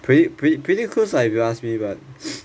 pret~ prett~ pretty close lah if you ask me but